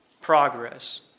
progress